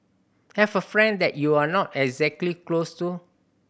have a friend that you're not exactly close to